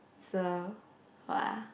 so !wah!